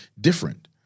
different